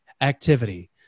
activity